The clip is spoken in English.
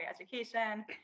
education